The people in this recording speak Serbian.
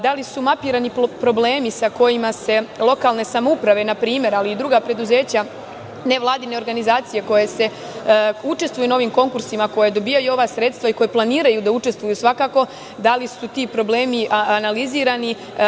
Da li su mapirani problemi sa kojima se lokalne samouprave, na primer, ali i druga preduzeća, nevladine organizacije koje učestvuju na ovim konkursima, koje dobijaju ova sredstva i koja planiraju da učestvuju svakako, da li su ti problemi analizirani?